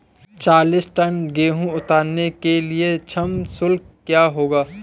चालीस टन गेहूँ उतारने के लिए श्रम शुल्क क्या होगा?